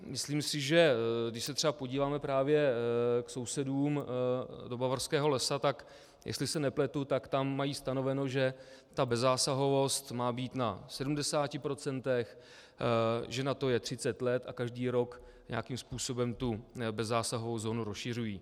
Myslím si, že když se třeba podíváme právě k sousedům do Bavorského lesa, tak jestli se nepletu, tam mají stanoveno, že ta bezzásahovost má být na 70 %, že na to je 30 let a každý rok nějakým způsobem tu bezzásahovou zónu rozšiřují.